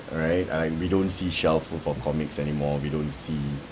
alright I we don't see shelf full of comics anymore we don't see